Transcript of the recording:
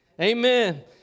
Amen